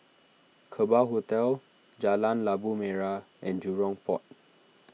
Kerbau Hotel Jalan Labu Merah and Jurong Port